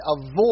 avoid